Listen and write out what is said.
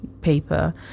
paper